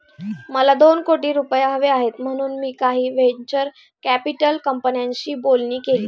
मला दोन कोटी रुपये हवे आहेत म्हणून मी काही व्हेंचर कॅपिटल कंपन्यांशी बोलणी केली